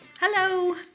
Hello